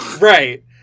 Right